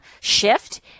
shift